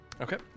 Okay